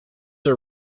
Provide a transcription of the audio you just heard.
are